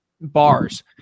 bars